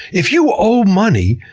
if you owe money,